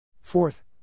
Fourth